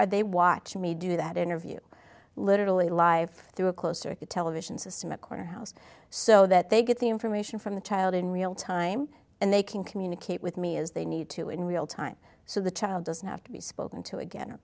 are they watching me do that interview literally live through a closer television system a corner house so that they get the information from the child in real time and they can communicate with me as they need to in real time so the child doesn't have to be spoken to again or